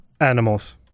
animals